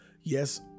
Yes